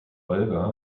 olga